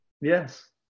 Yes